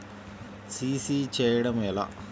CC చేయడము ఎలా?